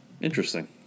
Interesting